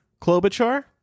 Klobuchar